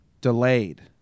delayed